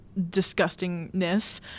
disgustingness